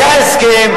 היה הסכם,